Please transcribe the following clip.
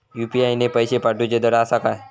UPI ने पैशे पाठवूचे धड आसा काय?